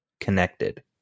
connected